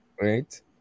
Right